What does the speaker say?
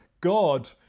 God